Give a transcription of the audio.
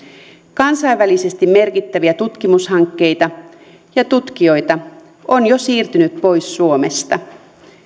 kansainvälisesti merkittäviä tutkimushankkeita ja tutkijoita on jo siirtynyt pois suomesta